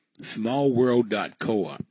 Smallworld.coop